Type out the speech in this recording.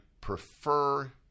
prefer